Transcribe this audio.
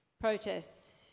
protests